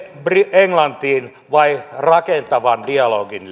englantiin vai rakentavan dialogin